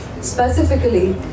specifically